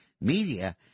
media